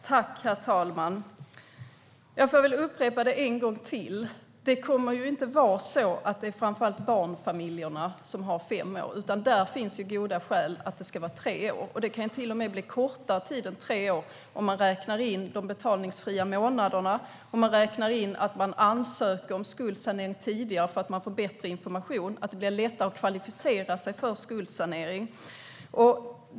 Herr talman! Jag får väl upprepa det en gång till: Det kommer inte att vara så att det är framför allt barnfamiljerna som har en betalningstid på fem år, utan där finns det goda skäl för att det ska vara tre år. Det kan till och med bli kortare tid än tre år om man räknar in de betalningsfria månaderna och räknar in att man ansöker om skuldsanering tidigare därför att man får bättre information, att det blir lättare att kvalificera sig för skuldsanering.